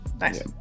nice